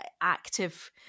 active